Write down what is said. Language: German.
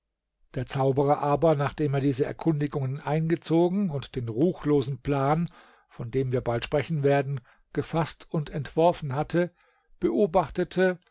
der zauberer aber nachdem er diese erkundigungen eingezogen und den ruchlosen plan von dem wir bald sprechen werden gefaßt und entworfen hatte beobachtete